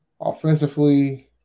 offensively